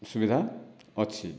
ସୁବିଧା ଅଛି